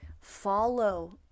follow